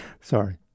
Sorry